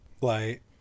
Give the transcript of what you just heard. Light